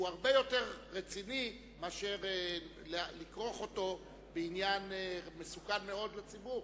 הוא רציני מכדי לכרוך אותו בעניין מסוכן מאוד לציבור.